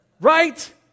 Right